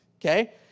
okay